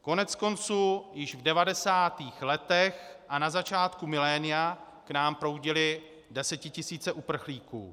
Koneckonců, již v devadesátých letech a na začátku milénia k nám proudily desetisíce uprchlíků.